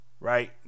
Right